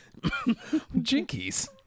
Jinkies